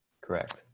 Correct